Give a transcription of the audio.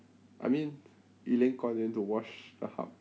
I mean elaine 官员 to wash 很好